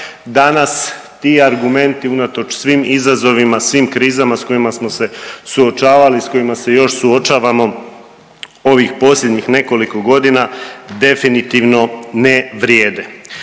danas ti argumenti unatoč svih izazovima, svim krizama s kojima smo se suočavali i s kojima se još suočavamo ovih posljednjih nekoliko godina definitivno ne vrijede.